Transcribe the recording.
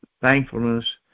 thankfulness